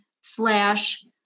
slash